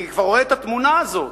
אני כבר רואה את התמונה הזאת,